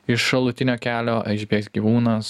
iš šalutinio kelio išbėgs gyvūnas